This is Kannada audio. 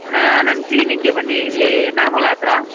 ನಾ ನನ್ನ ಕ್ಲಿನಿಕ್ಗೆ ಬನ್ನೀ ಇಲ್ಲೀ ನಾರ್ಮೂಲ ಹತ್ರ